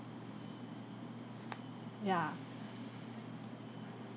ya